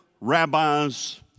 rabbis